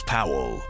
Powell